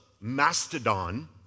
mastodon